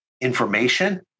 information